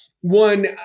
One